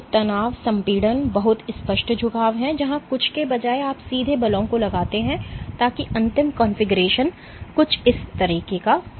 तो तनाव संपीड़न बहुत स्पष्ट झुकाव है जहां कुछ के बजाय आप सीधे बलों को लगाते हैं ताकि अंतिम कॉन्फ़िगरेशन कुछ इस तरह हो